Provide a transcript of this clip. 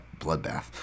bloodbath